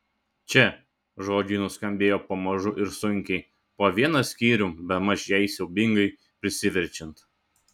čia žodžiai nuskambėjo pamažu ir sunkiai po vieną skyrium bemaž jai siaubingai prisiverčiant